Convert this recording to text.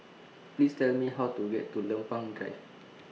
Please Tell Me How to get to Lempeng Drive